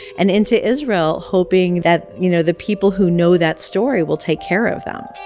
and into israel hoping that, you know, the people who know that story will take care of them.